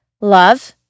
Love